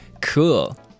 Cool